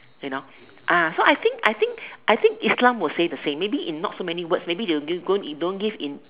you know ah so I think I think I think Islam will say the same maybe in not so many words maybe they will give don't give in